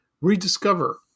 rediscover